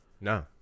No